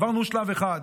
עברנו שלב אחד.